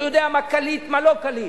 הוא יודע מה קליט, מה לא קליט.